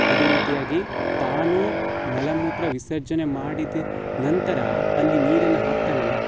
ಅದೇ ರೀತಿಯಾಗಿ ತಾನು ಮಲಮೂತ್ರ ವಿಸರ್ಜನೆ ಮಾಡಿದ ನಂತರ ಅಲ್ಲಿ ನೀರನ್ನು ಹಾಕ್ತಾನಲ್ಲ